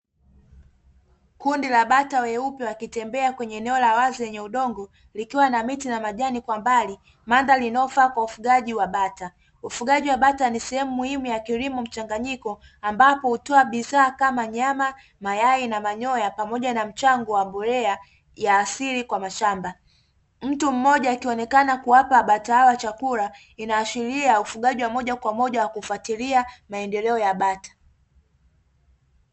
Kundi la bata weupe wakitembea kwenye eneo la wazi yenye udongo likiwa na miti na majani kwa mbali mandhari inayofaa kwa ufugaji wa bata ufugaji wa bata ni sehemu muhimu ya kilimo mchanganyiko, ambapo hutoa bidhaa kama nyama, mayai na manyoya pamoja na mchango wa mbolea ya asili kwa mashamba, mtu mmoja akionekana kuwapa bata hawa chakula inaashiria ufugaji wa moja kwa moja wa kufuatilia maendeleo ya bata.